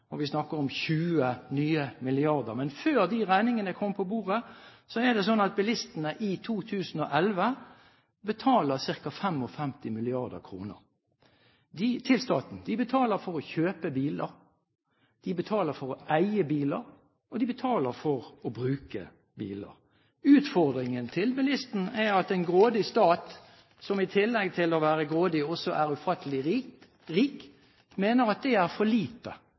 og vi snakker om 20 nye milliarder kroner. Men før de regningene kommer på bordet, er det sånn at bilistene i 2011 betaler ca. 55 mrd. kr til staten. De betaler for å kjøpe biler, de betaler for å eie biler, og de betaler for å bruke biler. Utfordringen til bilisten er at en grådig stat, som i tillegg til å være grådig også er ufattelig rik, mener at det er for lite